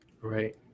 Right